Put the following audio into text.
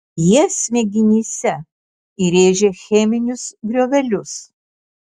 jie smegenyse įrėžia cheminius griovelius